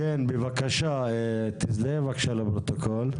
כן, בבקשה, תזדהה בבקשה לפרוטוקול.